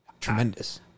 tremendous